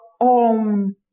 own